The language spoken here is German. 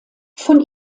von